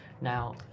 Now